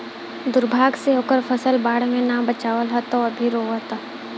दुर्भाग्य से ओकर फसल बाढ़ में ना बाचल ह त उ अभी रोओता